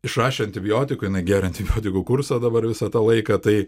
išrašė antibiotikų jinai geria antibiotikų kursą dabar visą tą laiką tai